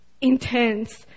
intense